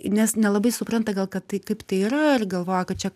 nes nelabai supranta gal kad tai kaip tai yra ir galvoja kad čia